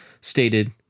stated